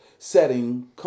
setting